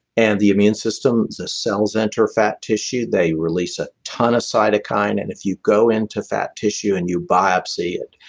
and the immune system, the cells enter fat tissue, they release a ton of cytokine. and if you go into fat tissue and you biopsy it,